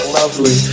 lovely